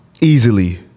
Easily